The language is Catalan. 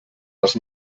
les